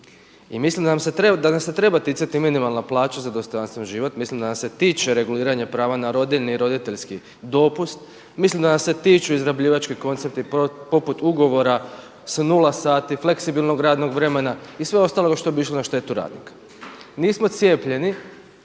I mislim da nas se treba ticati minimalna plaća za dostojanstven život, mislim da nas se tiče reguliranje prava na rodiljne i roditeljski dopust, mislim da nas se tiču izrabljivački koncepti poput ugovora sa nula sati, fleksibilnog radnog vremena i sve ostalog što bi išlo na štetu radnika. Nismo cijepljeni